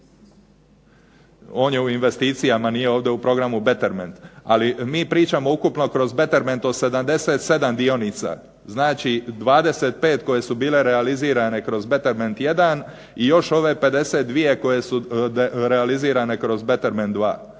On je u investicijama, nije ovdje u programu betterment. Ali mi pričamo ukupno kroz betterment od 77 dionica, znači 25 koje su bile realizirane kroz betterment jedan i još ove 52 koje su realizirane kroz betterment